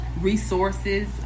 resources